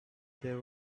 there